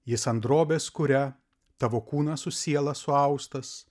jis ant drobės kuria tavo kūnas su siela suaustas